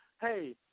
hey